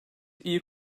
iyi